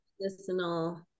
Medicinal